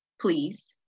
please